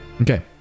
Okay